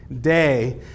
day